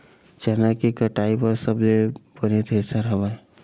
चना के कटाई बर सबले बने थ्रेसर हवय?